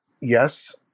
yes